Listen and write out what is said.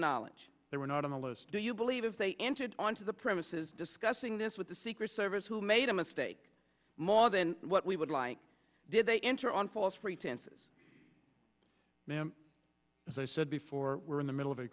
knowledge they were not on the list do you believe they entered onto the premises discussing this with the secret service who made a mistake more than what we would like did they enter on false pretenses ma'am as i said before we're in the middle of a